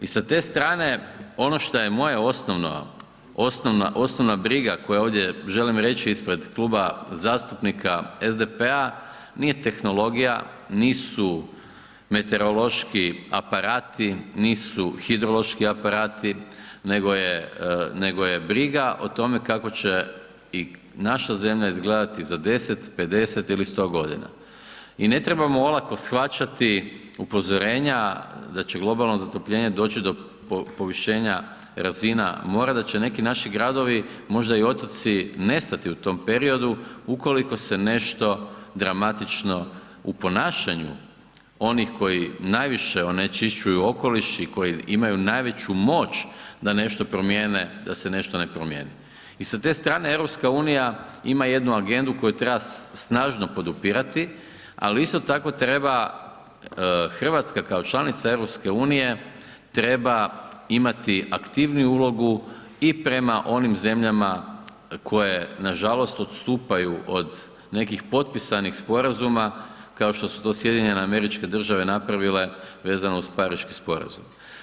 I sa te strane, ono šta je moje osnovno, osnovna briga koja ovdje želim reći ispred Kluba zastupnika SDP-a, nije tehnologija, nisu meteorološki aparati, nisu hidrološki aparati, nego je briga o tome kako će i naša zemlja izgledati za 10, 50 ili 100.g. i ne trebamo olako shvaćati upozorenja da će globalno zatopljenje doći do povišenja razina mora, da će neki naši gradovi, možda i otoci nestati u tom periodu ukoliko se nešto dramatično u ponašanju onih koji najviše onečišćuju okoliš i koji imaju najveću moć da nešto promijene da se nešto ne promijeni i sa te strane EU ima jednu agendu koju treba snažno podupirati, ali isto tako treba RH kao članica EU, treba imati aktivniju ulogu i prema onim zemljama koje, nažalost, odstupaju od nekih potpisanih sporazuma kao što su to SAD napravile vezano uz Pariški sporazum.